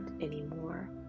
anymore